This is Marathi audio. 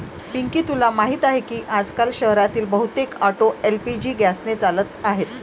पिंकी तुला माहीत आहे की आजकाल शहरातील बहुतेक ऑटो एल.पी.जी गॅसने चालत आहेत